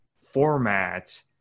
format